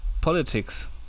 Politics